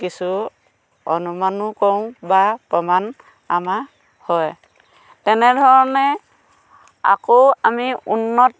কিছু অনুমানো কৰোঁ বা প্ৰমাণ আমাৰ হয় তেনেধৰণে আকৌ আমি উন্নত